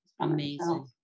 amazing